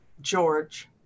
George